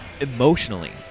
emotionally